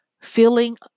feeling